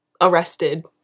arrested